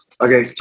okay